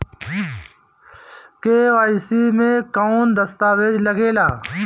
KYC मे कौन दश्तावेज लागेला?